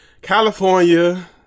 California